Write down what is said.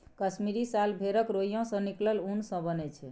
कश्मीरी साल भेड़क रोइयाँ सँ निकलल उन सँ बनय छै